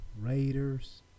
Raiders